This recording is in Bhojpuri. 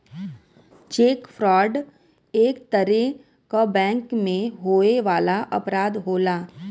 चेक फ्रॉड एक तरे क बैंक में होए वाला अपराध होला